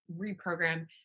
reprogram